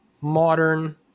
modern